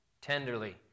tenderly